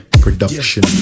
Production